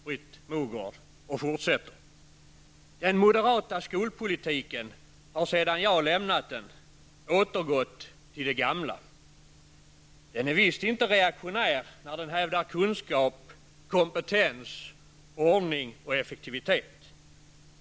Den moderata skolpolitiken har sedan jag lämnat den, återgått till det gamla. Den är visst inte reaktionär när den hävdar kunskap, kompetens, ordning och effektivitet.